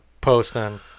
posting